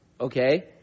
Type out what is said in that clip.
okay